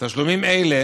תשלומים אלה